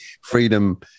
freedom